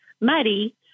muddy